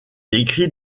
écrit